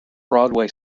broadway